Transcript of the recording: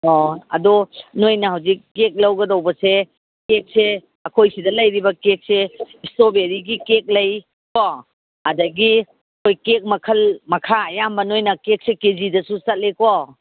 ꯑꯣ ꯑꯗꯣ ꯅꯣꯏꯅ ꯍꯧꯖꯤꯛ ꯀꯦꯛ ꯂꯧꯒꯗꯧꯕꯁꯦ ꯀꯦꯛꯁꯦ ꯑꯩꯈꯣꯏꯁꯤꯗ ꯂꯩꯔꯤꯕ ꯀꯦꯛꯁꯦ ꯏꯁꯇꯔꯣꯕꯦꯔꯤꯒꯤ ꯀꯦꯛ ꯂꯩꯀꯣ ꯑꯗꯒꯤ ꯑꯩꯈꯣꯏ ꯀꯦꯛ ꯃꯈꯜ ꯃꯈꯥ ꯑꯌꯥꯝꯕ ꯅꯣꯏꯅ ꯀꯦꯛꯁꯦ ꯀꯦ ꯖꯤꯗꯁꯨ ꯆꯠꯂꯦꯀꯣ